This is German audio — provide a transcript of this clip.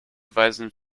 weisen